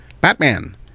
Batman